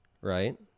right